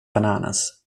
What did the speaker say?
bananas